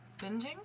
Binging